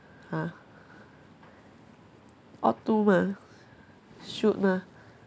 !huh! ought to mah should mah